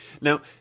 Now